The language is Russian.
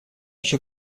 ещё